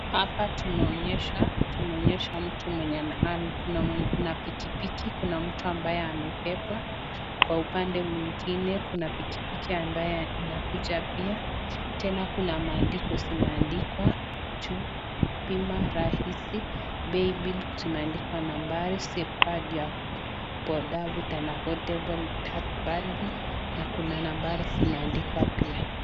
Hapa tumeonyeshwa, tumeonyeshwa mtu mwenye ana, kuna pikipiki, kuna mtu ambaye amebebwa. Kwa upande mwingine, kuna pikipiki ambayo inakuja pia. Tena kuna maandiko zimeandikwa juu. Bima rahisi, paybill zimeandikwa nambari, safeguard your boda with an affordable third party na kuna nambari zimeandikwa pia.